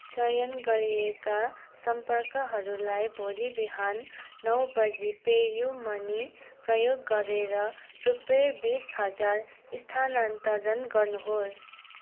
चयन गरिएका सम्पर्कहरूलाई भोलि बिहान नौ बजे पेयू मनी प्रयोग गरेर रुपियाँ बिस हजार स्थानान्तरण गर्नुहोस्